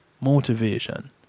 motivation